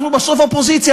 אנחנו בסוף אופוזיציה.